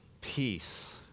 peace